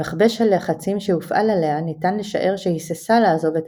ממכבש הלחצים שהופעל עליה ניתן לשער שהיססה לעזוב את